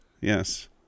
Yes